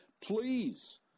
please